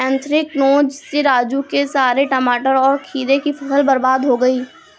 anthracnose से राजू के सारे टमाटर और खीरे की फसल बर्बाद हो गई